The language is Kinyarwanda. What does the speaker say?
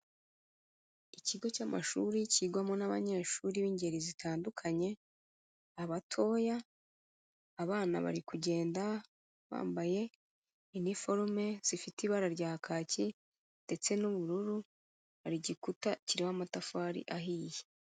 Ikigo cy'amashuri kigwamo n'abanyeshuri b'ingeri zitandukanye, abatoya, abana bari kugenda bambaye iniforume zifite ibara rya kaki ndetse n'ubururu hari igikuta kirimo amatafari ahiye.